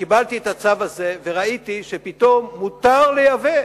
כשקיבלתי את הצו הזה, ראיתי שפתאום מותר לייבא,